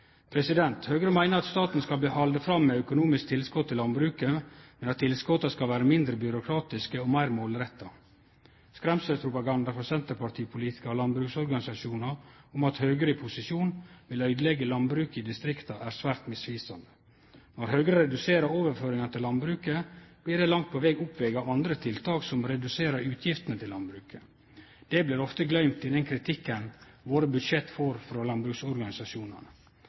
Høgre meiner at staten skal halde fram med økonomiske tilskot til landbruket, men at tilskota skal vere mindre byråkratiske og meir målretta. Skremselspropaganda frå senterpartipolitikarar og landbruksorganisasjonar om at Høgre i posisjon ville øydeleggje landbruket i distrikta, er svært misvisande. Når Høgre reduserer overføringane til landbruket, blir det langt på veg oppvege av andre tiltak som reduserer utgiftene til landbruket. Det blir ofte gløymt i den kritikken våre budsjett får frå landbruksorganisasjonane.